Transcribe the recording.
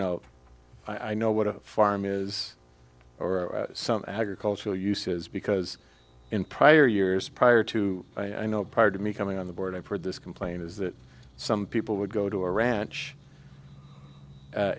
know i know what a farm is or some agricultural uses because in prior years prior to i know prior to me coming on the board i've heard this complaint is that some people would go to a ranch